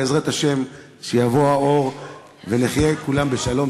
ובעזרת השם שיבוא האור ונחיה כולם בשלום.